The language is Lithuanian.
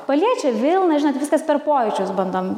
paliečia vilną žinot viskas per pojūčius bandom